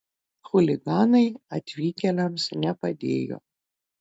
chuliganai atvykėliams nepadėjo